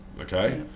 okay